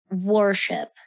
worship